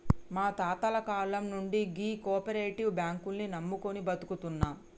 మా తాతల కాలం నుండి గీ కోపరేటివ్ బాంకుల్ని నమ్ముకొని బతుకుతున్నం